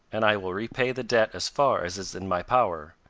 and i will repay the debt as far as is in my power.